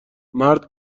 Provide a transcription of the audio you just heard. مرد